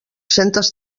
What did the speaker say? centes